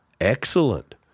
excellent